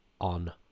on